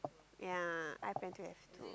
ya I plan to have two